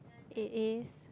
it is